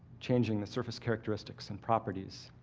changing the surface characteristics and properties,